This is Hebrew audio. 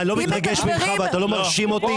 --- אני לא מתרגש ממך ואתה לא מרשים אותי.